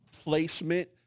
placement